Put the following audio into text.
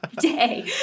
day